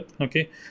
okay